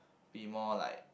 be more like